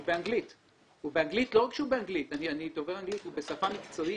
הוא באנגלית, ולא רק זה, הוא בשפה מקצועית.